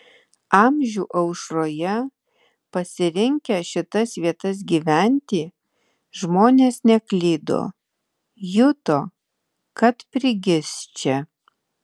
amžių aušroje pasirinkę šitas vietas gyventi žmonės neklydo juto kad prigis čia